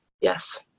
yes